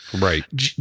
right